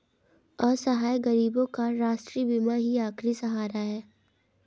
असहाय गरीबों का राष्ट्रीय बीमा ही आखिरी सहारा है